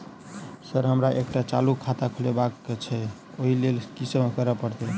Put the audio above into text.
Sir हमरा एकटा चालू खाता खोलबाबह केँ छै ओई लेल की सब करऽ परतै?